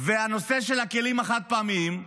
הנושא של הכלים החד-פעמיים,